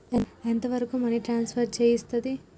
ఎంత వరకు money transfer చేయస్తది?